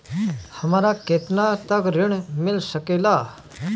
हमरा केतना तक ऋण मिल सके ला?